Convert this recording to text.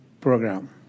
program